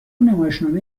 نمایشنامه